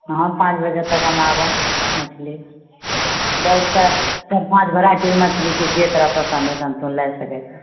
हाँ पाँच बजे तकमे आबऽ मछली बहुत तऽ मछली छै जे तोरा पसन्द हेतौ से तू लए सकै छऽ